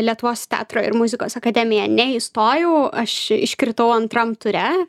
lietuvos teatro ir muzikos akademiją neįstojau aš iškritau antram ture